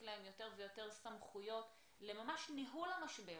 להם יותר ויותר סמכויות ממש לניהול המשבר,